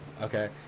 Okay